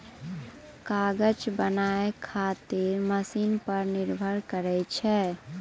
कागज बनाय खातीर मशिन पर निर्भर करै छै